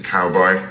Cowboy